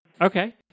Okay